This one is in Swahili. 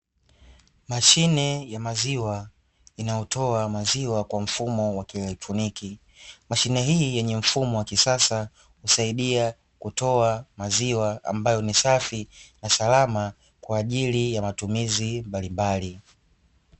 Mashine ya maziwa inayotoa maziwa kwa mfumo wa kielectroniki , mashine hii yenye mfumo wa kisasa, husaidia kutoa maziwa ambayo ni safi na salama kwa ajili ya matumizi mbalimbali.